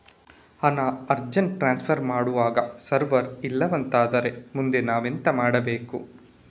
ಹಣ urgent transfer ಮಾಡ್ವಾಗ server ಇಲ್ಲಾಂತ ಆದ್ರೆ ಮುಂದೆ ನಾವೆಂತ ಮಾಡ್ಬೇಕು?